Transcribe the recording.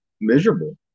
miserable